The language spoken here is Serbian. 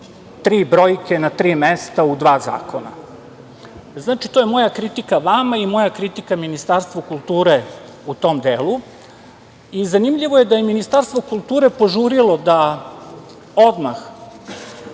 tri brojke na tri mesta u dva zakona. Znači, to je moja kritika vama i moja kritika Ministarstvu kulture u tom delu i zanimljivo je da je Ministarstvo kulture požurilo da odmah